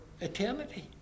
eternity